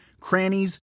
crannies